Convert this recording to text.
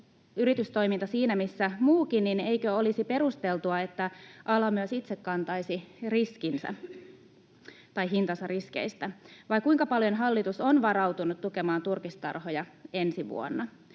yritystoiminta siinä missä muutkin, niin eikö olisi perusteltua, että ala myös itse kantaisi hintansa riskeistä? Vai kuinka paljon hallitus on varautunut tukemaan turkistarhoja ensi vuonna?